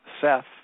Seth